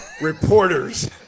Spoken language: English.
reporters